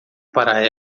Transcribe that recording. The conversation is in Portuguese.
para